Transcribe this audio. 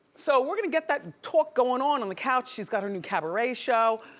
so we're gonna get that talk going on on the couch. she's got her new cabaret show.